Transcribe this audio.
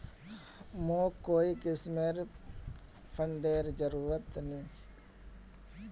मोक कोई किस्मेर फंडेर जरूरत नी